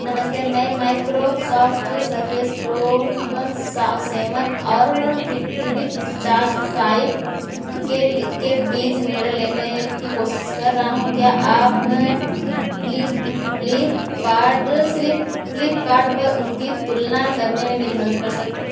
नमस्ते मैं Microsoft Surface Pro seven और फिटबिट चार्ज फाइव के बीच निर्णय लेने की कोशिश कर रहा हूँ क्या आप फ्लिपकार्ट पर उनकी तुलना करने में मेरी मदद कर सकते हैं